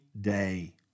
day